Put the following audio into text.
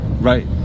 Right